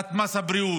העלאת מס הבריאות,